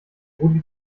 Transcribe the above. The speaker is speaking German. rudi